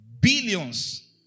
billions